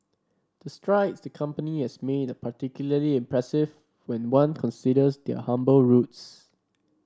the strides the company has made are particularly impressive when one considers their humble roots